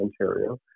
Ontario